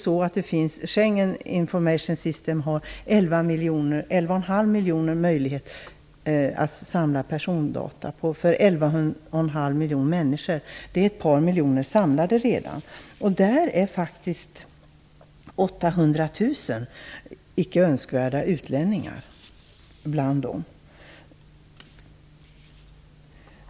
Schengen Information System har möjlighet att samla persondata över 11,5 miljoner människor. Det finns redan ett par miljoner samlade. Däribland finns 800 000 icke önskvärda utlänningar.